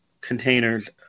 containers